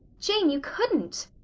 jane, you couldn't!